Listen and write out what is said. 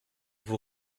vous